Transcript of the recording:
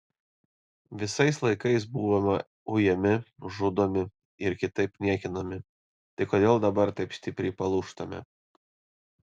visais laikais buvome ujami žudomi ir kitaip niekinami tai kodėl dabar taip stipriai palūžtame